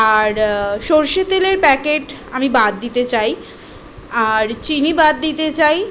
আর সরষের তেলের প্যাকেট আমি বাদ দিতে চাই আর চিনি বাদ দিতে চাই